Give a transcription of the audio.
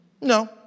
No